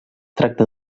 tracta